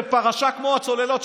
בפרשה כמו הצוללות,